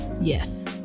Yes